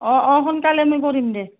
অঁ অঁ সোনকালে আমি কৰিম দে